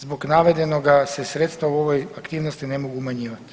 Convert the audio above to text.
Zbog navedenoga se sredstva u ovoj aktivnosti ne mogu umanjivati.